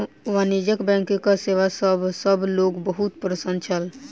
वाणिज्य बैंकक सेवा सॅ सभ लोक बहुत प्रसन्न छल